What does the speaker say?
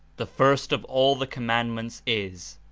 the first of all the commandments is,